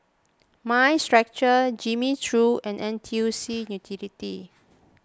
Mind Stretcher Jimmy Choo and N T U C Utility